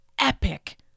epic